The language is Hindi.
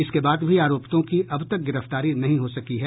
इसके बाद भी आरोपितों की अब तक गिरफ्तारी नहीं हो सकी है